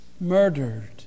murdered